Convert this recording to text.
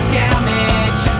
damage